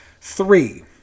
Three